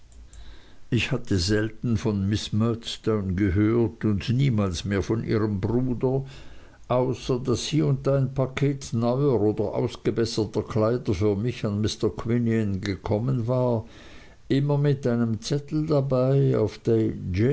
ich hatte selten von miß murdstone gehört und niemals mehr von ihrem bruder außer daß hie und da ein paket neuer oder ausgebesserter kleider für mich an mr quinion gekommen war immer mit einem zettel dabei auf